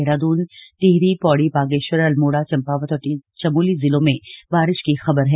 देहरादून टिहरी पौड़ी बागेश्वर अल्मोड़ा चंपावत और चमोली जिलों में बारिश की खबर है